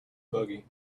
buggy